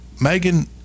Megan